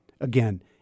Again